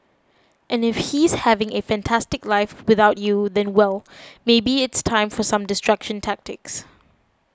and if he's having a fantastic life without you then well maybe it's time for some distraction tactics